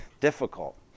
difficult